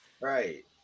Right